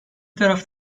taraf